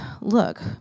Look